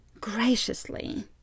graciously